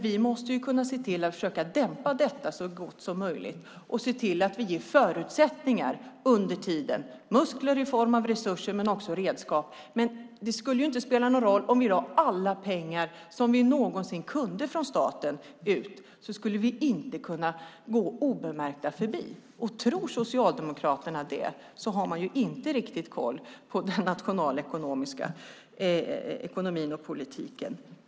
Vi måste se till att dämpa verkningarna så gott det går och ge förutsättningar under tiden, muskler i form av resurser men också redskap. Även om vi från statens sida delade ut alla pengar vi kunde skulle det inte spela någon roll, för krisen skulle ändå inte gå obemärkt förbi. Om Socialdemokraterna tror det har de inte riktigt koll på ekonomin och politiken.